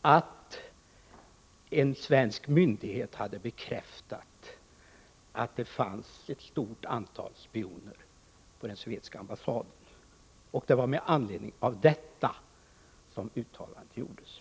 att en svensk myndighet hade bekräftat att det fanns ett stort antal spioner på den sovjetiska ambassaden. Det var med anledning av detta som uttalandet gjordes.